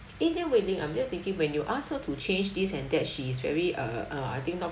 eh then weil ling I'm just thinking when you ask her to change this and that she is very uh uh I think not